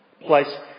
place